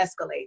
escalate